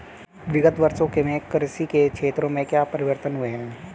विगत वर्षों में कृषि के क्षेत्र में क्या परिवर्तन हुए हैं?